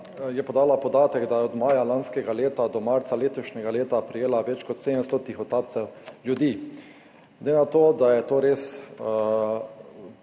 je podala podatek, da je od maja lanskega leta do marca letošnjega leta prejela več kot 700 tihotapcev ljudi. Glede na to, da je to res